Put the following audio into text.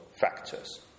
factors